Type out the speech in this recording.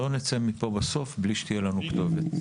לא נצא מפה בסוף בלי שתהיה לנו כתובת.